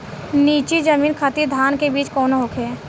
नीची जमीन खातिर धान के बीज कौन होखे?